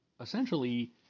essentially